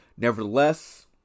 Nevertheless